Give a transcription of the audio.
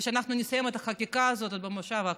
ושאנחנו נסיים את החקיקה הזאת עוד במושב הקיץ.